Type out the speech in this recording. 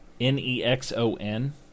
N-E-X-O-N